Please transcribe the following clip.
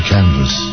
Canvas